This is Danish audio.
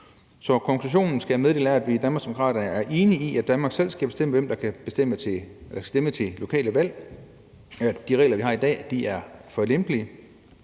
Så konklusionen, som jeg skal meddele, er, at vi i Danmarksdemokraterne er enige i, at Danmark selv skal bestemme, hvem der kan stemme til lokale valg, og i, at de regler, vi har i dag, er for lempelige,